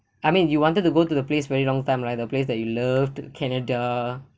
I mean you wanted to go to the place very long time right the place that you love the canada